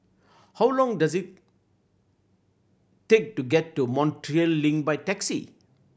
how long does it take to get to Montreal Link by taxi